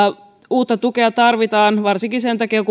uutta tukea tarvitaan varsinkin sen takia